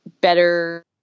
better